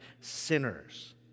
sinners